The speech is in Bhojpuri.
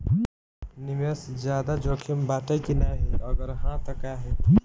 निवेस ज्यादा जोकिम बाटे कि नाहीं अगर हा तह काहे?